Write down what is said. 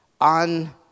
on